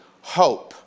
hope